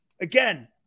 Again